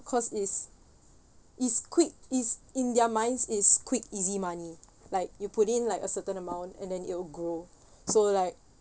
cause is is quick is in their minds is quick easy money like you put it in like a certain amount and then it'll grow so like